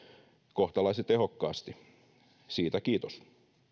kohtalaisen tehokkaasti siitä kiitos